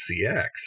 CX